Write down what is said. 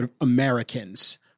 Americans